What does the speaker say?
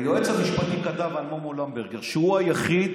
היועץ המשפטי כתב על מומו למברגר שהוא היחיד,